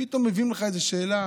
פתאום מביאים לך איזו שאלה